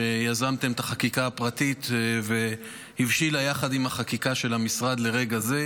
שיזמתם את החקיקה הפרטית והיא הבשילה יחד עם החקיקה של המשרד לרגע זה,